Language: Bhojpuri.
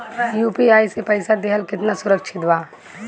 यू.पी.आई से पईसा देहल केतना सुरक्षित बा?